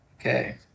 Okay